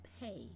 pay